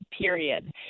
period